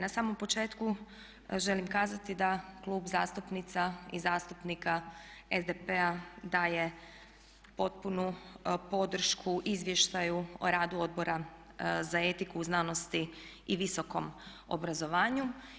Na samom početku želim kazati da Klub zastupnica i zastupnika SDP-a daje potpunu podršku izvještaju o radu Odbora za etiku u znanosti i visokom obrazovanju.